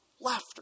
Laughter